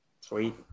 Sweet